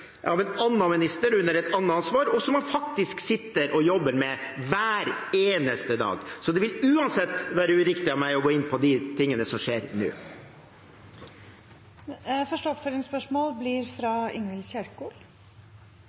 han faktisk sitter og jobber med hver eneste dag. Så det vil uansett være uriktig av meg å gå inn på de tingene som skjer nå. Det åpnes for oppfølgingsspørsmål – først Ingvild Kjerkol.